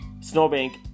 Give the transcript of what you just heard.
snowbank